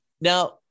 Now